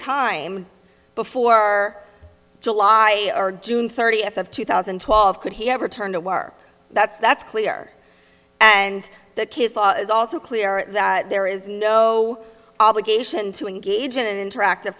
time before july or june thirtieth of two thousand and twelve could he ever turn to work that's that's clear and that kids law is also clear that there is no obligation to engage in an interactive